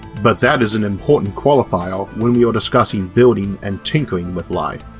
but that is an important qualifier when we are discussing building and tinkering with life.